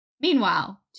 Meanwhile